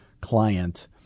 client